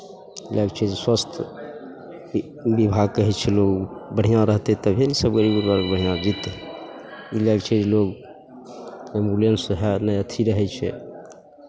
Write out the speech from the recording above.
लए कऽ छै स्वास्थ्य विभाग कहै छै लोक बढ़िआँ रहतै तभिए ने सभ गरीब लोक बढ़िआँसँ जीतै ई लए कऽ छै जे लोक एम्बुलेंस हइ नहि अथि रहै छै